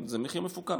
זה מחיר מפוקח.